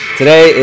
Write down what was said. today